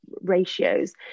Ratios